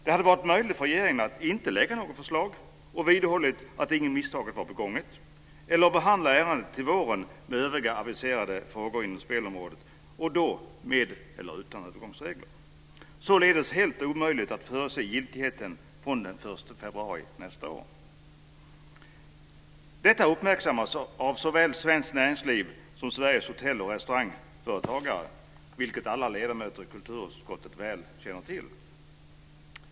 Det hade varit möjligt för regeringen att inte lägga fram något förslag och vidhålla att inget misstag var begånget eller att behandla ärendet under våren tillsammans med övriga aviserade frågor inom spelområdet och då med eller utan övergångsregler. Således var det helt omöjligt att förutse giltigheten från 1 Detta uppmärksammas av såväl Svenskt näringsliv som Sveriges hotell och restaurangföretagare, vilket alla ledamöter i kulturutskottet väl känner till.